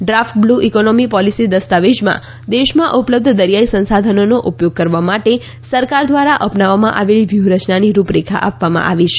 draft blue economy policy દસ્તાવેજમાં દેશમાં ઉપલબ્ધ દરિયાઇ સંસાધનોનો ઉપયોગ કરવા માટે સરકાર દ્વારા અપનાવવામાં આવેલી વ્યૂહરચનાની રૂપરેખા આપવામાં આવી છે